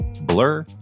Blur